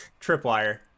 Tripwire